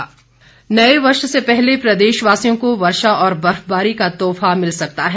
मौसम नए वर्ष से पहले प्रदेशवासियों को वर्षा व बर्फबारी का तोहफा मिल सकता है